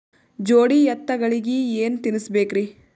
ಜೋಡಿ ಎತ್ತಗಳಿಗಿ ಏನ ತಿನಸಬೇಕ್ರಿ?